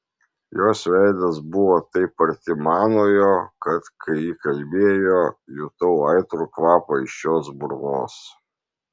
jos veidas buvo taip arti manojo kad kai ji kalbėjo jutau aitrų kvapą iš jos burnos